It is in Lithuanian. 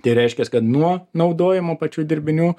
tai reiškias kad nuo naudojimo pačių dirbinių